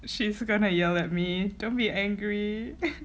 she gonna yell at me don't be angry